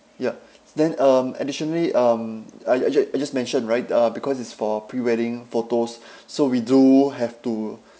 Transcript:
ya then um additionally um I I ju~ I just mentioned right uh because it's for pre wedding photos so we do have to